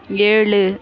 ஏழு